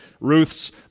Ruth's